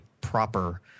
proper